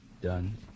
Done